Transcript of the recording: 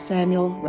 Samuel